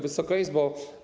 Wysoka Izbo!